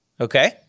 Okay